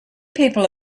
people